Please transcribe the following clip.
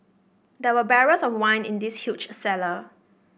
there were barrels of wine in this huge cellar